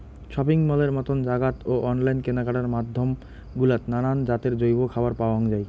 shopping মলের মতন জাগাত ও অনলাইন কেনাকাটার মাধ্যম গুলাত নানান জাতের জৈব খাবার পাওয়াং যাই